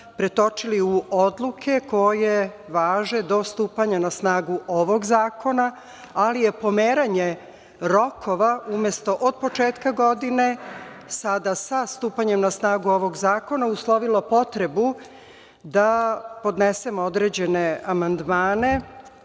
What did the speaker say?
pretočili u odluke koje važe do stupanja na snagu ovog zakona, ali je pomeranje rokova umesto od početka godine, sada sa stupanjem na snagu ovog zakona, uslovilo potrebu da podnesemo određene amandmane